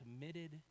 committed